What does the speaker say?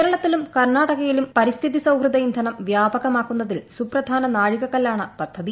കേരളത്തിലും കർണാടകയിലും പരിസ്ഥിതി സൌഹൃദ ഇന്ധനം വ്യാപകമാക്കുന്നതിൽ സുപ്രധാന നാഴികകല്ലാണ് പദ്ധതി